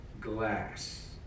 glass